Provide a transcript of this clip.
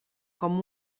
com